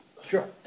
Sure